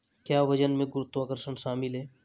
क्या वजन में गुरुत्वाकर्षण शामिल है?